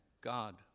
God